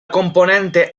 componente